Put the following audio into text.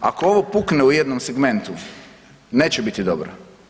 Ako ovo pukne u jednom segmentu neće biti dobro.